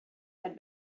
had